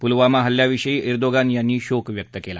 पुलवामा हल्ल्याविषयी एर्दोगान यांनी शोक व्यक्त केला